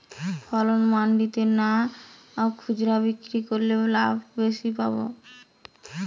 ফসল মন্ডিতে না খুচরা বিক্রি করলে লাভ বেশি পাব?